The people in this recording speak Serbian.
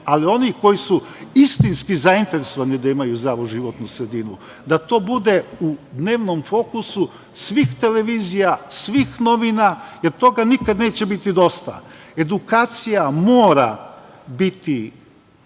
ali oni koji su istinski zainteresovani da imaju zdravu životnu sredinu, da to bude u dnevnom fokusu svih televizija, svih novina, jer toga nikada neće biti dosta. Edukacija mora biti